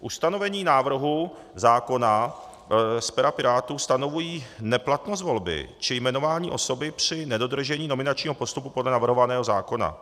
Ustanovení návrhu zákona z pera Pirátů stanovují neplatnost volby či jmenování osoby při nedodržení nominačního postupu podle navrhovaného zákona.